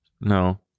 No